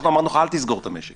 אנחנו אמרנו לך: אל תסגור את המשק.